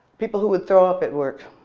people who would throw up at work.